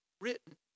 written